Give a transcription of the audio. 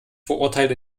verurteile